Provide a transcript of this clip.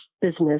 business